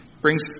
brings